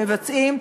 הם מבצעים,